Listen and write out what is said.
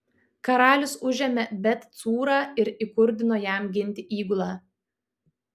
karalius užėmė bet cūrą ir įkurdino jam ginti įgulą